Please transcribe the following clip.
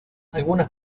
algunas